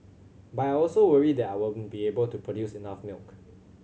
but I also worry that I won't be able to produce enough milk